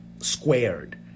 squared